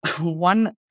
one